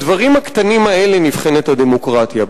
בדברים הקטנים האלה נבחנת הדמוקרטיה,